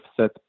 set